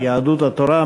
יהדות התורה,